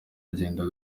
agenda